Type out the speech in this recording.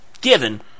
given